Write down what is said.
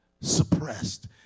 suppressed